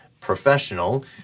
professional